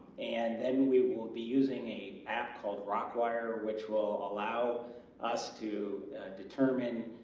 and then we will be using a app called rokwire which will allow us to determine